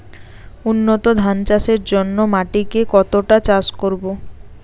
উন্নত ধান চাষের জন্য মাটিকে কতটা চাষ করব?